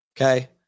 okay